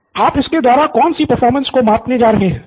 pro बाला आप इसके द्वारा कौन सी परफॉर्मेंस को मापने जा रहे हैं